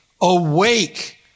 awake